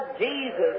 Jesus